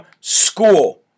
school